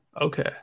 Okay